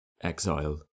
exile